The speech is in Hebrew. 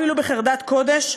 אפילו בחרדת קודש,